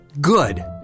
Good